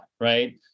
right